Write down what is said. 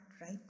right